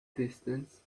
distance